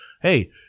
hey